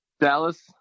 Dallas